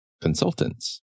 consultants